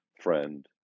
friend